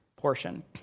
portion